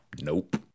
Nope